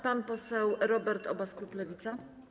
Pan poseł Robert Obaz, klub Lewica.